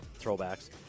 throwbacks